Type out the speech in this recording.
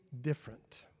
different